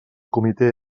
comité